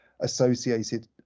associated